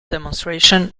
demonstration